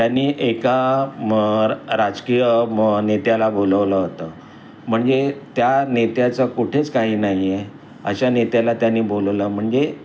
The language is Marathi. त्यांनी एका राजकीय नेत्याला बोलवलं होतं म्हणजे त्या नेत्याचं कुठेच काही नाही आहे अशा नेत्याला त्यानी बोलवलं म्हणजे